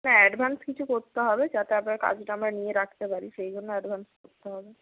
না অ্যাডভান্স কিছু করতে হবে যাতে আপনার কাজটা আমরা নিয়ে রাখতে পারি সেই জন্য অ্যাডভান্স করতে হবে